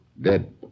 Dead